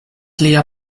lia